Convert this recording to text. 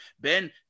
Ben